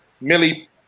Millie